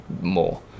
more